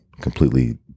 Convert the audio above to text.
completely